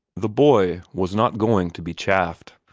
the boy was not going to be chaffed.